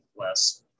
less